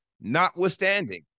Notwithstanding